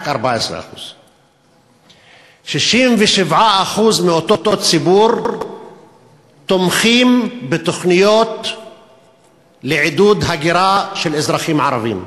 רק 14%. 67% מאותו ציבור תומכים בתוכניות לעידוד הגירה של אזרחים ערבים,